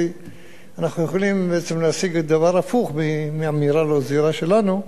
כי אנחנו יכולים בעצם להשיג דבר הפוך מאמירה לא זהירה שלנו.